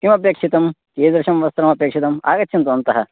किमपेक्षितं कीदृशं वस्त्रमपेक्षितम् आगच्छन्तु अन्तः